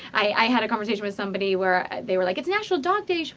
i had a conversation with somebody where they were like, it's national dog day,